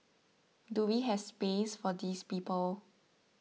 do we have space for these people